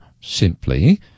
simply